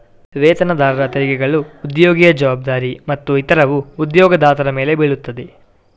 ವೇತನದಾರರ ತೆರಿಗೆಗಳು ಉದ್ಯೋಗಿಯ ಜವಾಬ್ದಾರಿ ಮತ್ತು ಇತರವು ಉದ್ಯೋಗದಾತರ ಮೇಲೆ ಬೀಳುತ್ತವೆ